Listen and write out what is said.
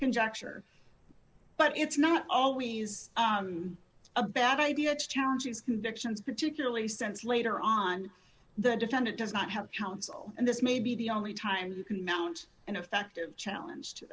conjecture but it's not always a bad idea challenges convictions particularly since later on the defendant does not have counsel and this may be the only time he can mount an effective challenge